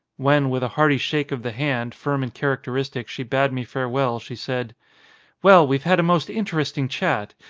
when, with a hearty shake of the hand, firm and characteristic, she bade me farewell, she said well, we've had a most interesting chat.